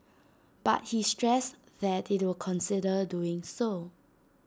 but he stressed that IT will consider doing so